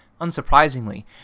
Unsurprisingly